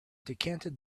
decanted